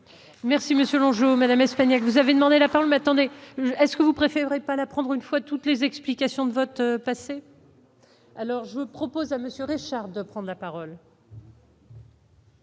Merci Monsieur bonjour Madame Espagnac, vous avez demandé la parole, mais est-ce que vous préférez pas d'apprendre une fois toutes les explications de vote passé. Alors je propose à monsieur Richard, de prendre la parole.